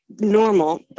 normal